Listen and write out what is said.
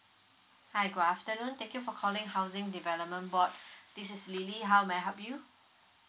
hi good afternoon thank you for calling housing development board this is lily how may I help you